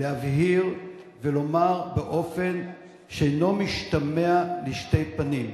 להבהיר ולומר באופן שאינו משתמע לשתי פנים: